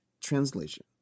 Translation